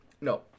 No